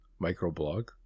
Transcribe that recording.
Microblog